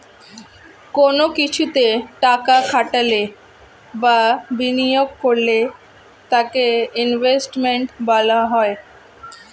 কোন কিছুতে টাকা খাটালে বা বিনিয়োগ করলে তাকে ইনভেস্টমেন্ট বলা হয়